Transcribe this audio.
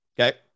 Okay